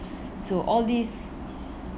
so all these